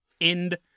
End